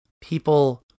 people